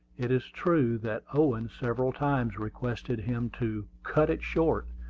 it is true that owen several times requested him to cut it short,